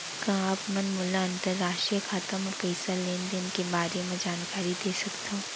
का आप मन मोला अंतरराष्ट्रीय खाता म पइसा लेन देन के बारे म जानकारी दे सकथव?